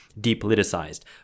depoliticized